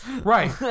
Right